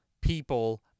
people